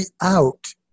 out